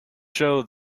show